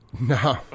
No